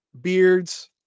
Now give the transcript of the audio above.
beards